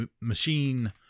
machine